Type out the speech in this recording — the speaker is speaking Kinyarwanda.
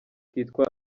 kitwa